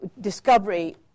Discovery